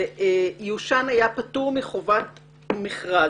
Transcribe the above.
שאיושן היה פטור מחובת מכרז.